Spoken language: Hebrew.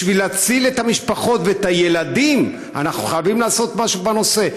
בשביל להציל את המשפחות ואת הילדים אנחנו חייבים לעשות משהו בנושא.